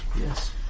yes